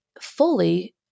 fully